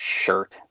Shirt